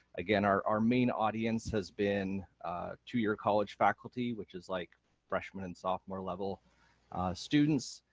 again our our main audience has been two-year college faculty, which is like freshman and sophomore level students,